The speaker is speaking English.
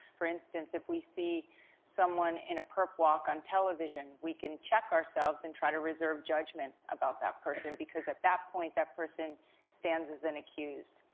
for instance, if we see someone in a perp walk on television, we can check ourselves and try to reserve judgment about that person because at that point, that person stands as an accused,